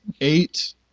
eight